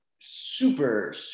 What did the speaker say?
super –